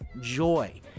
joy